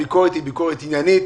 הביקורת היא ביקורת עניינית,